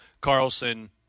Carlson